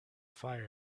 fire